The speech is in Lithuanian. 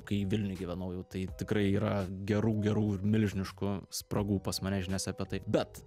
kai vilniuj gyvenau jau tai tikrai yra gerų gerų ir milžiniškų spragų pas mane žiniose apie tai bet